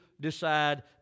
decide